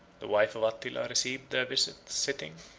the wife of attila received their visit sitting,